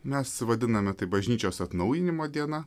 mes vadiname tai bažnyčios atnaujinimo diena